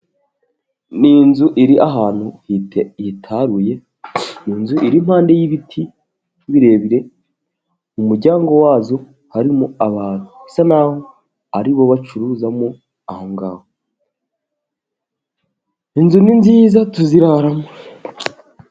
Ni inzu iri ahantu yitaruye, ni inzu iri impande y'ibiti birebire mu muryango wazo harimo abantu bisa naho aribo bacuruzamo aho ngaho. Inzu ni nziza tuziraramo.